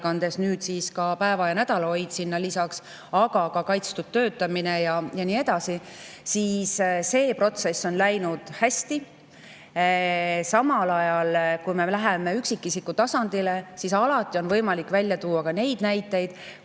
nüüd siis päeva- ja nädalahoid sinna lisaks, ka kaitstud töötamine ja nii edasi –, see protsess on läinud hästi. Samal ajal, kui me läheme üksikisiku tasandile, on alati võimalik tuua neid näiteid,